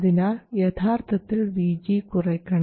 അതിനാൽ യഥാർത്ഥത്തിൽ VG കുറയ്ക്കണം